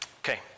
Okay